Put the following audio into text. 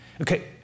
Okay